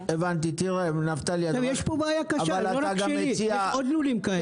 יש פה בעיה קשה, לא רק שלי, יש עוד לולים כאלה.